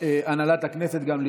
הנהלת הכנסת גם,